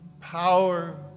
power